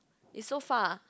is so far